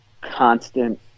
constant